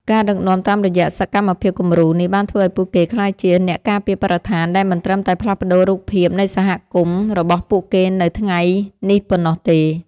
ការដឹកនាំតាមរយៈសកម្មភាពគំរូនេះ បានធ្វើឱ្យពួកគេក្លាយជា អ្នកការពារបរិស្ថាន ដែលមិនត្រឹមតែផ្លាស់ប្តូររូបភាពនៃសហគមន៍របស់ពួកគេនៅថ្ងៃនេះប៉ុណ្ណោះទេ។